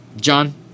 john